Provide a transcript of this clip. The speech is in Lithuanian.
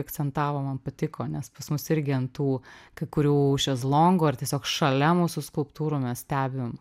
akcentavo man patiko nes pas mus irgi ant tų kai kurių šezlongų ar tiesiog šalia mūsų skulptūrų mes stebim